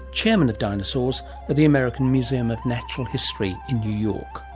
chairman of dinosaurs at the american museum of natural history in new york.